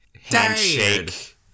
handshake